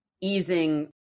easing